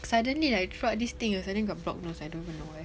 suddenly like throughout this thing suddenly got blocked nose I don't even know why